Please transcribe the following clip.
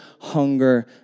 hunger